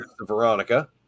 Veronica